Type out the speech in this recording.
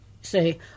say